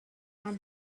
had